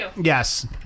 yes